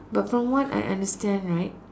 but from what I understand right